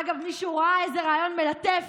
אגב, מישהו ראה איזה ריאיון מלטף